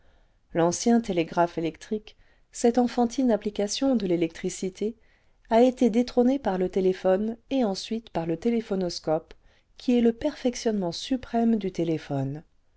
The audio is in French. l'ancien télégraphe électrique cette enfantine application application l'électricité a été détrôné par le téléphone et ensuite par le téléphonoscope qui est le perfectionnement suprême du téléphone